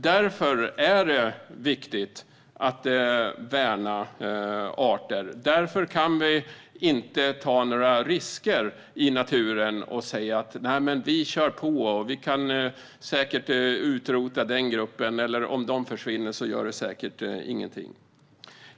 Därför är det viktigt att värna arter. Därför kan vi inte ta några risker i naturen och säga: Men vi kör på. Vi kan säkert utrota den gruppen; om den försvinner gör det säkert ingenting.